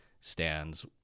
stands